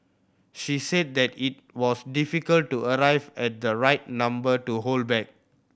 she said that it was difficult to arrive at the right number to hold back